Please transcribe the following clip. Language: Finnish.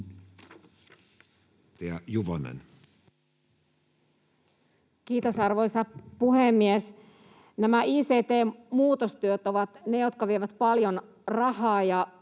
Kiitos, arvoisa puhemies! Nämä ict-muutostyöt ovat ne, jotka vievät paljon rahaa.